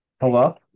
hello